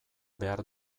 behar